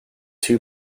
two